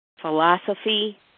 Philosophy